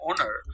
owner